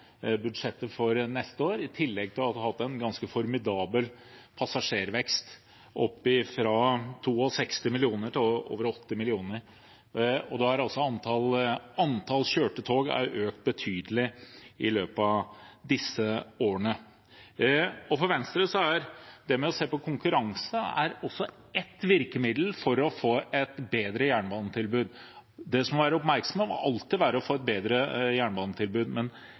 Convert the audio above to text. budsjettet for neste år, i tillegg til at vi har hatt en ganske formidabel passasjervekst. Det er opp fra 62 mill. kr til over 80 mill. kr. Antall kjørte tog er økt betydelig i løpet av disse årene. For Venstre er konkurranse også et virkemiddel for å få et bedre jernbanetilbud. Det man må ha oppmerksomhet rundt, må alltid være å få et bedre jernbanetilbud